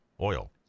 oil